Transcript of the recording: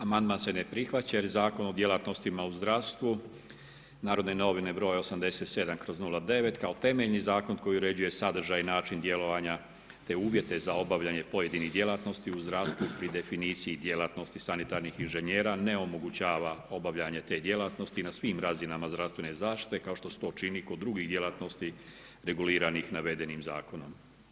Amandman se ne prihvaća jer zakon o djelatnostima u zdravstvu, NN broj 87/09 kao temeljni zakon koji uređuje sadržaj, način djelovanja te uvjete za obavljanje pojedinih djelatnosti u zdravstvu pri definiciji djelatnosti sanitarnih inžinjera ne omogućava obavljanje te djelatnosti na svim razinama zdravstvene zaštite, kao što se to čini kod drugih djelatnosti reguliranih navedenim zakonom.